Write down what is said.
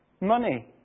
Money